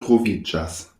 troviĝas